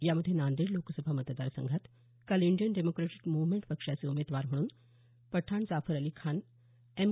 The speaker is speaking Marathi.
यामध्ये नांदेड लोकसभा मतदार संघात काल इंडियन डेमोक्रॅटिक मूव्हमेंट पक्षाचे उमेदवार म्हणून पठाण जाफर अली खान एम